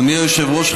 אדוני היושב-ראש,